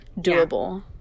doable